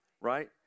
right